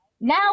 Now